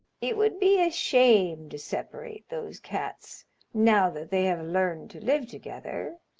it would be a shame to separate those cats now that they have learned to live together.